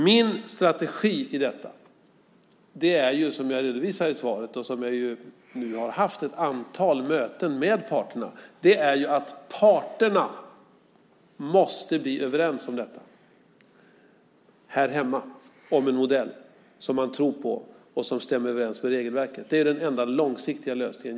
Min strategi i detta är, som jag redovisade i svaret - jag har nu haft ett antal möten med parterna - att parterna måste bli överens om detta här hemma, om en modell som man tror på och som stämmer överens med regelverket. Det är den enda långsiktiga lösningen.